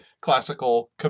classical